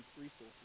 resources